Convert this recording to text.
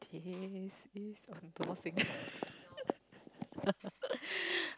this is oh do not sing